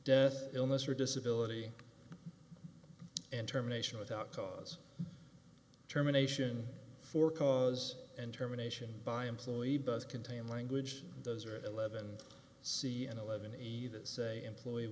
death illness or disability and terminations without cause terminations for cause and terminations by employee bus contain language those are eleven c and eleven even say employee